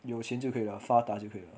有钱就可以了发达就可以了